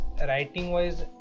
writing-wise